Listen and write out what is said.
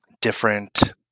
different